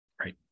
Right